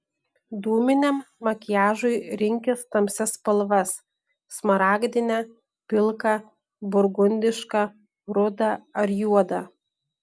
dūminiam makiažui rinkis tamsias spalvas smaragdinę pilką burgundišką rudą ar juodą